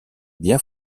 bien